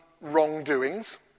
wrongdoings